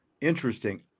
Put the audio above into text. Interesting